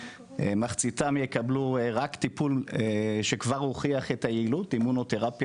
מחצית מהחולים יקבלו רק טיפול שכבר הוכיח את היעילות עם מונותרפיה